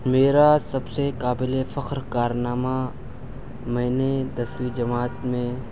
میرا سب سے قابل فخر کارنامہ میں نے دسویں جماعت میں